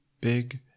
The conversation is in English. big